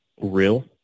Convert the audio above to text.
real